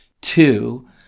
two